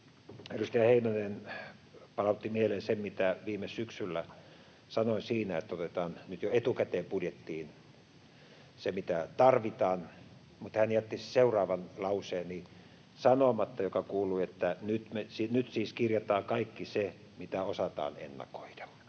Edustaja Heinonen palautti mieleen sen, mitä viime syksynä sanoin, että otetaan jo etukäteen budjettiin se, mitä tarvitaan, mutta hän jätti sanomatta seuraavan lauseeni, joka kuului: ”Nyt siis kirjataan kaikki se, mitä osataan ennakoida.”